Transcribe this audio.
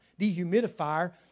dehumidifier